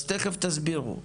אז תכף תסבירו.